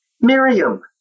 Miriam